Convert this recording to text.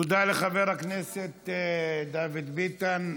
תודה לחבר הכנסת דוד ביטן.